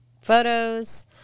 photos